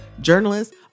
journalists